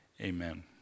Amen